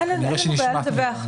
אין לנו בעיה לדווח.